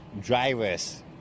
drivers